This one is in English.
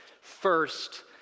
First